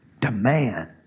Demand